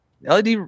LED